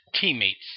teammates